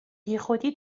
بیخودی